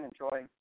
enjoy